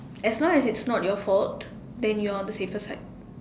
as long as it's not your fault then you're on the safer side